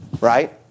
right